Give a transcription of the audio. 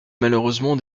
malheureusement